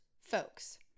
folks